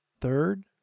Third